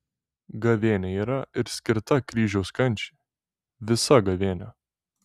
gavėnia yra ir skirta kryžiaus kančiai visa gavėnia